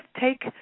take